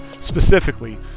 specifically